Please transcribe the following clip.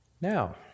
Now